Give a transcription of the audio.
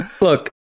look